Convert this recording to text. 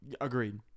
Agreed